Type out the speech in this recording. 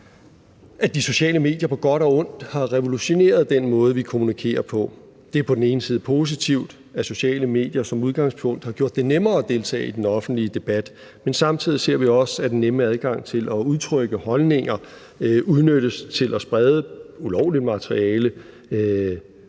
at de sociale medier på godt og ondt har revolutioneret den måde, vi kommunikerer på. Det er på den ene side positivt, at sociale medier som udgangspunkt har gjort det nemmere at deltage i den offentlige debat, men samtidig ser vi også på den anden side, at den nemme adgang til at udtrykke holdninger udnyttes til at sprede ulovligt materiale.